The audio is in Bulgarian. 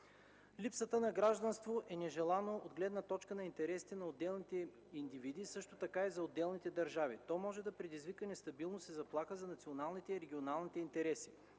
Липсата на гражданство е нежелано от гледна точка на интересите на отделните индивиди, също така и за отделните държави. То може да предизвика нестабилност и заплаха за националните и регионалните интереси.